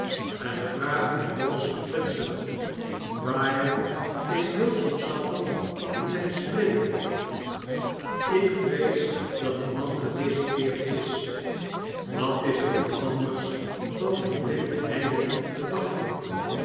en vraag naar josh hudson brigham is heel zoetsappig in zyn spreken ik vrees dat de man gedeserteerd is wat is er ook anders van een blinden heiden te wachten